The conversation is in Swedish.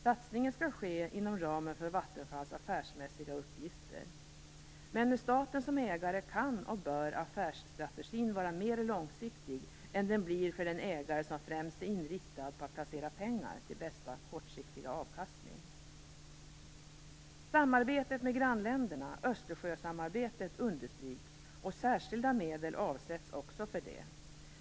Satsningen skall ske inom ramen för Vattenfalls affärsmässiga uppgifter. Men med staten som ägare kan, och bör, affärsstrategin vara mera långsiktig än den blir för den ägare som främst är inriktad på att placera pengar med bästa kortsiktiga avkastning. Samarbetet med grannländerna, Östersjösamarbetet, understryks, och särskilda medel avsätts också för detta.